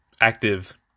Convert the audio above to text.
active